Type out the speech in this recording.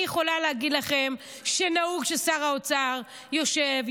אני יכולה להגיד לכם שנהוג ששר האוצר יושב,